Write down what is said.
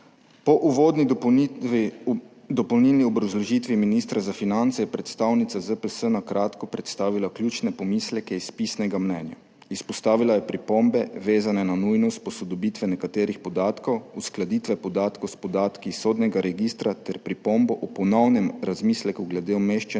Po uvodni dopolnilni obrazložitvi ministra za finance je predstavnica ZPS na kratko predstavila ključne pomisleke iz pisnega mnenja. Izpostavila je pripombe, vezane na nujnost posodobitve nekaterih podatkov, uskladitve podatkov s podatki iz sodnega registra ter pripombo o ponovnem razmisleku glede umeščanja